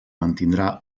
mantindrà